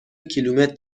کیلومتر